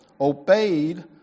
obeyed